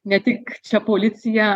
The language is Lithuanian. ne tik čia policija